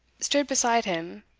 stood beside him,